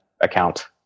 account